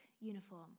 uniform